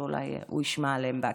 אבל אולי הוא ישמע עליהן בעקיפין: